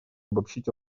обобщить